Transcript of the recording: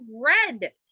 Red